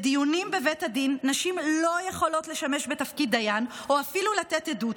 בדיונים בבית הדין נשים לא יכולות לשמש בתפקיד דיין או אפילו לתת עדות,